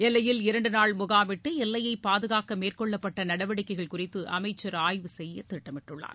எல்லையில் இரண்டு நாள் முகாமிட்டு எல்லையைப் பாதுகாக்க மேற்கொள்ளப்பட்ட நடவடிக்கைகள் குறித்து அமைச்சர் ஆய்வு செய்ய திட்டமிட்டுள்ளார்